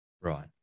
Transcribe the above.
Right